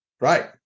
right